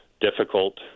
difficult